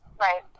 Right